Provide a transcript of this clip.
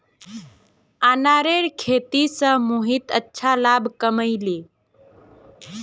अनारेर खेती स मोहित अच्छा लाभ कमइ ले